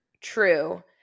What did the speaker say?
True